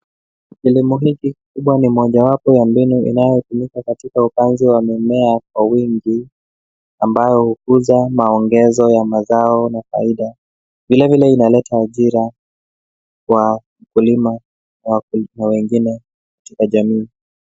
Kilimo hiki kikubwa ni mojawapo ya mbinu inayotumika katika upanzi wa mimea kwa wingi ambayo hukuza maongezo ya mazao na faida. Vilevile inaleta ajira kwa wakulima na wakulima wengine katika jamii.